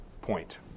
point